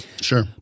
Sure